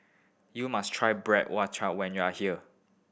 you must try when you are here